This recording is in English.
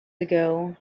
ago